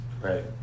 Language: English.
Right